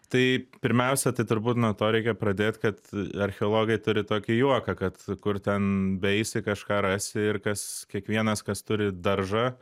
tai pirmiausia tai turbūt nuo to reikia pradėt kad archeologai turi tokį juoką kad kur ten eisi kažką rasi ir kas kiekvienas kas turi daržą